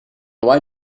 why